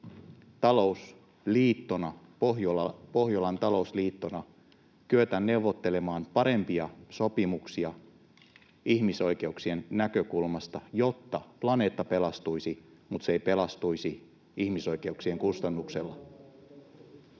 Pohjolan talousliittona kyetä neuvottelemaan parempia sopimuksia ihmisoikeuksien näkökulmasta, jotta planeetta pelastuisi mutta se ei pelastuisi ihmisoikeuksien kustannuksella?